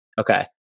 Okay